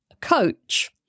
coach